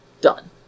Done